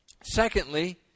Secondly